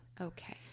Okay